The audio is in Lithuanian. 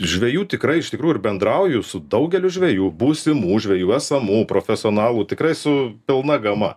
žvejų tikrai iš tikrųjų ir bendrauju su daugeliu žvejų būsimų žvejų esamų profesionalų tikrai su pilna gama